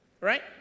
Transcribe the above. Right